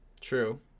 True